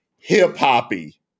hip-hoppy